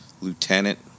lieutenant